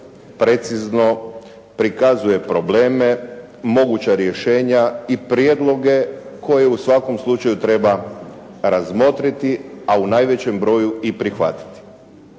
precizno prikazuje probleme, moguća rješenja i prijedloge koje u svakom slučaju treba razmotriti, a u najvećem broju i prihvatiti.